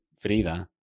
Frida